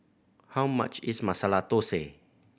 how much is Masala Thosai